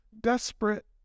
desperate